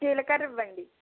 జీలకర్ర ఇవ్వండి